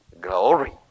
glory